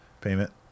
payment